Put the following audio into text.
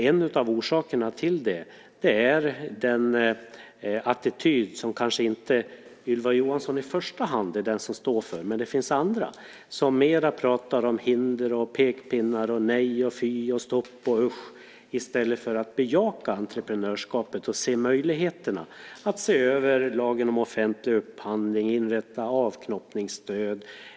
En av orsakerna till det är en attityd som kanske inte Ylva Johansson i första hand är den som står för, men det finns andra som mera pratar om hinder, pekpinnar, nej och fy, stopp och usch i stället för att bejaka entreprenörskapet och se möjligheterna att se över lagen om offentlig upphandling och inrätta avknoppningsstöd.